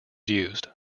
used